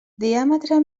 diàmetre